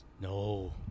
No